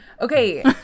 Okay